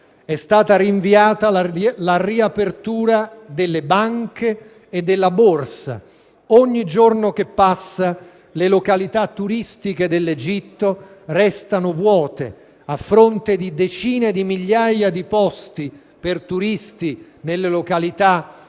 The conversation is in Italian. è stata rinviata la riapertura delle banche e della borsa; ogni giorno che passa le località turistiche dell'Egitto restano vuote. A fronte di decine di migliaia di posti per turisti nelle località egiziane